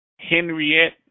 Henriette